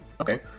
Okay